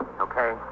Okay